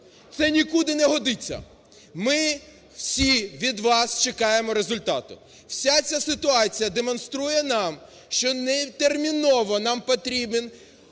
це нікуди не годиться. Ми всі від вас чекаємо результату. Вся ця ситуація демонструє нам, що терміново нам потрібен